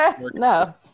No